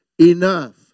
Enough